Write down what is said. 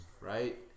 Right